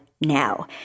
now